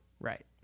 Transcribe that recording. Right